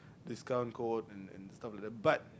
discount code and and stuff like that but